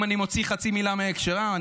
אם אני מוציא חצי מילה מהקשרה,